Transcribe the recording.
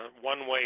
one-way